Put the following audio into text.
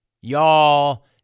y'all